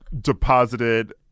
deposited